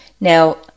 Now